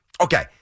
Okay